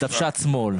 דוושת שמאל.